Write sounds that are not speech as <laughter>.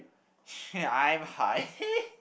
<breath> I'm high <laughs>